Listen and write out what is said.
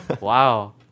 Wow